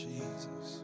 Jesus